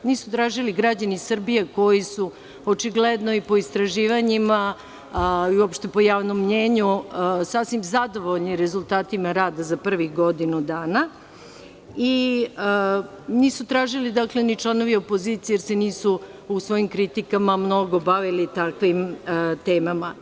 Nisu tražili građani Srbije koji su, očigledno po istraživanjima i uopšte po javnom mnenju, sasvim zadovoljni rezultatima rada za prvih godinu dana i nisu tražili ni članovi opozicije, jer se nisu u svojim kritikama mnogo bavili takvim temama.